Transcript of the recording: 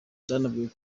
yemeza